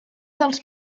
dels